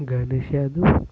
Ganesh Yadav